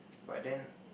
but then